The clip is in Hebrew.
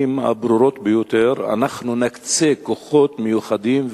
הברורות ביותר: אנחנו נקצה כוחות מיוחדים,